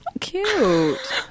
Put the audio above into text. cute